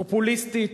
פופוליסטית,